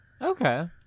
Okay